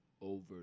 Over